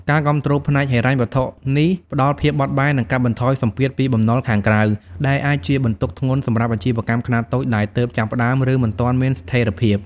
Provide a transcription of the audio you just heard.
ការគាំទ្រផ្នែកហិរញ្ញវត្ថុនេះផ្តល់ភាពបត់បែន និងកាត់បន្ថយសម្ពាធពីបំណុលខាងក្រៅ ដែលអាចជាបន្ទុកធ្ងន់សម្រាប់អាជីវកម្មខ្នាតតូចដែលទើបចាប់ផ្តើម ឬមិនទាន់មានស្ថិរភាព។